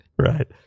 Right